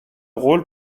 rôle